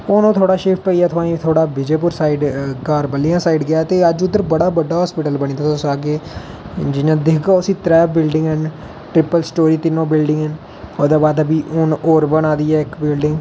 हून ओह् थोह्ड़ा शिप्ट होई गेआ तुआहीं थोह्ड़ा बिजयपुर साइड घर बल्लियां साइड गेआ ते अज्ज उद्धर बडा बड्डा हस्पताल बनी चुके दा ऐ जित्थै तुस आखगे जि'यां दिखगा उसी त्रै बिल्डिगां ना ट्रिप्पल स्टोरी तिन्नों विल्डिंगां ना ओहदे बाद बी हून होर बना दी ऐ इक विलंडग ते